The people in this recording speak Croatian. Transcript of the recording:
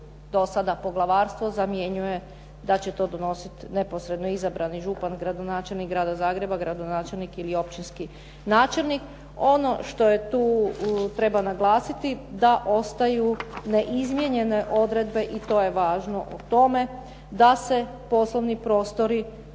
do sada poglavarstvo, zamjenjuje da će to donositi neposredno izabrani župan, gradonačelnik Grada Zagreba, gradonačelnik ili općinski načelnik. Ono što je tu treba naglasiti da ostaju ne izmijenjene odredbe i to je važno u tome da se poslovni prostori